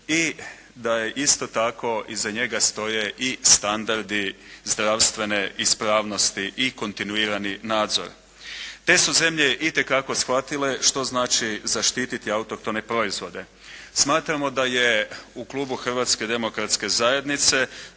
i da isto tako iza njega stoje i standardi zdravstvene ispravnosti i kontinuirani nadzor. Te su zemlje itekako shvatile što znači zaštititi autohtone proizvode. Smatramo da je u Klubu Hrvatske demokratske zajednice